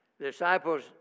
disciples